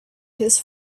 his